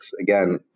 again